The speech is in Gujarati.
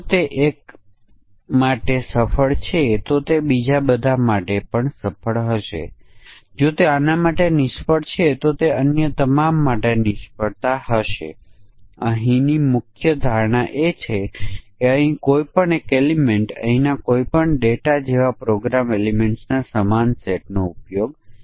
અને થાપણની અવધિ માટે આપણે ત્રણ સમકક્ષ વર્ગો ઓળખી શકીએ જે 1 વર્ષ 1 થી 3 વર્ષ અને 3 વર્ષ અને તેથી વધુના છે